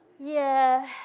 yeah.